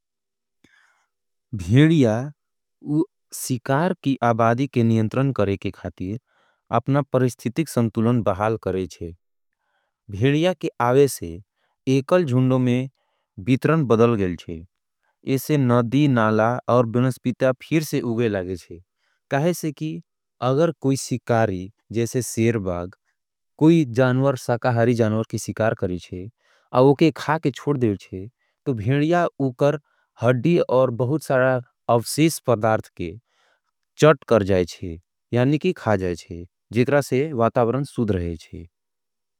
भेडिया, वो सिकार की आबादी के नियंत्रन करे के खातीर, अपना परिस्थितिक संतुलन बहाल करेचे। भेडिया के आवे से, एकल जुन्डो में बीत्रन बदल गेल चे। इसे नदी, नाला और बिनस्पित्या फिर से उगे लगेचे। कहें से कि, अगर कोई सिकारी, जैसे सेर बाग, कोई जानवर, साकाहारी जानवर की सिकार करेचे, अवो के खा के छोड़ देचे, तो भेडिया उकर हड़ी और बहुत सारा अफसेस परदार्थ के चट कर जायेचे, यानि की खा जायेचे, जेकरा से वातावरन सूद रहेच आपके लिए।